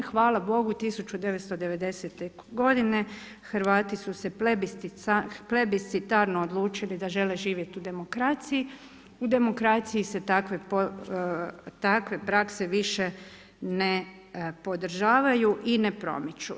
Hvala Bogu 1990. g. Hrvati su se plebiscitarno odlučili da žele živjeti u demokraciji, u demokraciji se takve prakse više ne podržavaju i ne promiču.